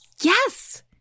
Yes